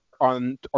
on